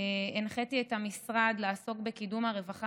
הנחיתי את המשרד לעסוק בקידום הרווחה